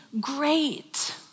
great